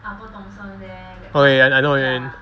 okay I know what you mean